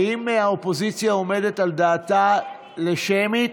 האם האופוזיציה עומדת על דעתה לשמית?